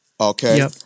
Okay